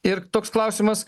ir toks klausimas